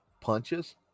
Punches